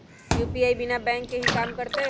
UPI बिना bank के भी कम करतै?